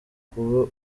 kuba